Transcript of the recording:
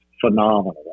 phenomenal